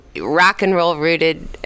rock-and-roll-rooted